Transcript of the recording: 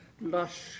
lush